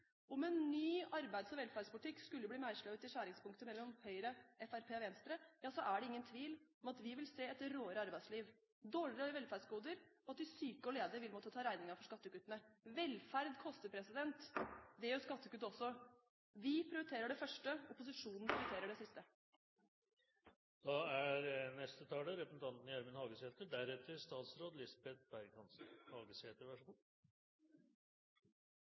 Om en ny arbeids- og velferdspolitikk skulle bli meislet ut i skjæringspunktet mellom Høyre, Fremskrittspartiet og Venstre, er det ingen tvil om at vi vil se et råere arbeidsliv, dårligere velferdsgoder, og at de syke og ledige vil måtte ta regningen for skattekuttene. Velferd koster, det gjør skattekutt også. Vi prioriterer det første – opposisjonen prioriterer det siste. Framstegspartiet er